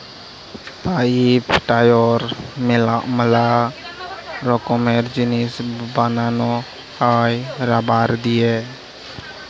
pipe, tyre ম্যালা রকমের জিনিস বানানো হ্যয় রাবার দিয়ে